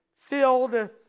filled